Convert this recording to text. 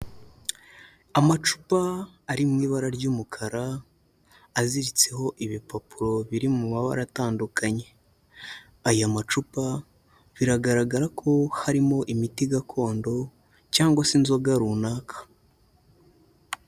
Amacupa ari mu ibara ry'umukara, aziritseho ibipapuro biri mu mabara atandukanye, aya macupa biragaragara ko harimo imiti gakondo cyangwa se inzoga runaka.